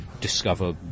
discover